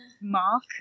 mark